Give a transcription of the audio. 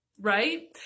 right